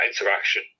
interaction